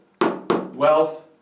wealth